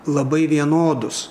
labai vienodus